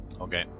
Okay